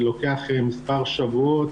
זה לוקח מספר שבועות